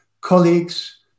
colleagues